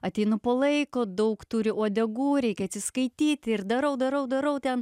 ateinu po laiko daug turi uodegų reikia atsiskaityti ir darau darau darau ten